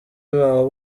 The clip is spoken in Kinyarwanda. aho